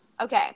Okay